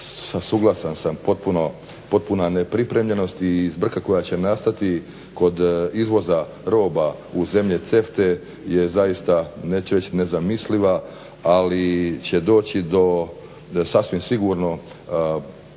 suglasan potpuna nepripremljenost i zbrka koja će nastati kod izvoza roba u zemlje CEFTA-e je zaista neću reći nezamisliva ali će doći do sasvim sigurno poremećaja